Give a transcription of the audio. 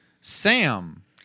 Sam